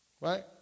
Right